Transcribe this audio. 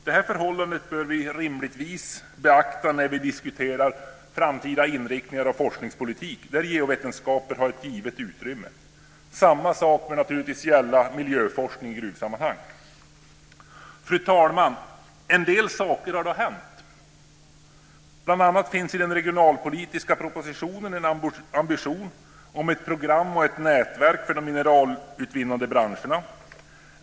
Detta förhållande bör vi rimligtvis beakta när vi diskuterar den framtida inriktningen på forskningspolitiken, där geovetenskapen bör ha ett givet utrymme. Samma sak bör naturligtvis gälla miljöforskning i gruvsammanhang. Fru talman! En del saker har dock hänt. Bl.a. finns det i den regionalpolitiska propositionen en ambition om ett program och ett nätverk för de mineralutvinnande branscherna.